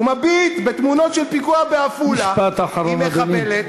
הוא מביט בתמונות של פיגוע בעפולה, עם מחבלת,